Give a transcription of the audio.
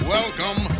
Welcome